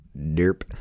Derp